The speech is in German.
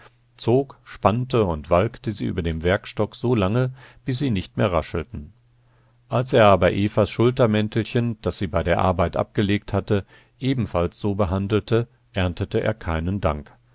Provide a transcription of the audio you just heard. zog spannte und walkte sie über dem werkstock so lange bis sie nicht mehr raschelten als er aber evas schultermäntelchen das sie bei der arbeit abgelegt hatte ebenfalls so behandelte erntete er keinen dank